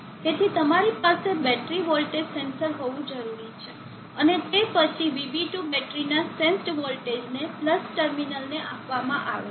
તેથી તમારી પાસે બેટરી વોલ્ટેજ સેન્સર હોવું જરૂરી છે અને તે પછી VB2 બેટરના સેન્સેડ વોલ્ટેજને ટર્મિનલને આપવામાં આવે છે